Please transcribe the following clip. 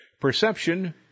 Perception